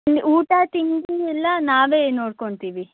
ಊಟ ತಿಂಡಿಯೆಲ್ಲ ನಾವೇ ನೋಡ್ಕೊಂತೀವಿ